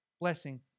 Blessing